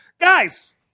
guys